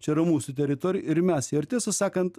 čia yra mūsų teritorija ir mes ir tiesą sakant